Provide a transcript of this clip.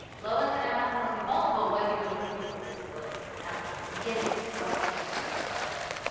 low-income and um ah economically vulnerable, what are we doing for people with disabilities? and that was the beginning of what became the roads project.